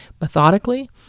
methodically